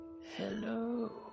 Hello